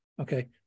Okay